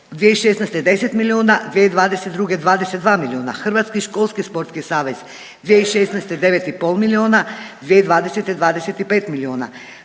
2016. 10 milijuna, 2022. 22 milijuna. Hrvatski školski sportski savez 2016. 9 i pol milijuna, 2020. 25 milijuna.